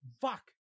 Fuck